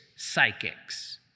psychics